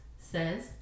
says